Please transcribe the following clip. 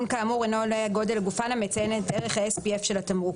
כאמור אינו עולה על גודל הגופן המציין את ערך ה-SPF של התמרוק.